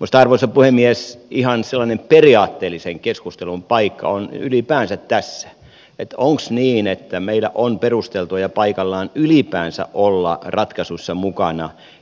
minusta arvoisa puhemies ihan sellainen periaatteellisen keskustelun paikka on ylipäänsä tässä että onko niin että meillä on perusteltua ja paikallaan ylipäänsä olla mukana ratkaisuissa